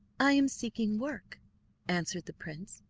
i am seeking work answered the prince.